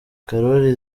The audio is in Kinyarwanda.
korali